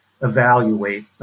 evaluate